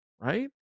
right